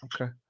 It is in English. Okay